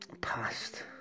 past